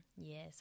Yes